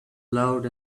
loud